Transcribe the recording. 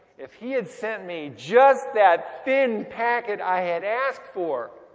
if he had sent me just that thin packet i had asked for,